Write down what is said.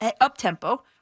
up-tempo